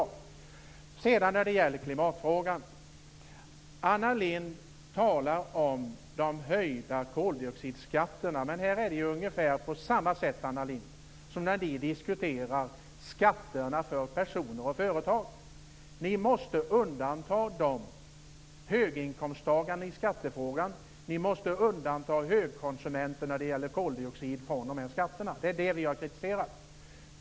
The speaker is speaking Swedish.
När det sedan gäller klimatfrågan talar Anna Lindh om de höjda koldioxidskatterna, men det är ungefär på samma sätt med detta, Anna Lindh, som när ni diskuterar skatterna för personer och företag. Ni måste undanta höginkomsttagarna i skattefrågan, och ni måste undanta högkonsumenter av koldioxid från de här skatterna, och det är det som vi har kritiserat.